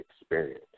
experience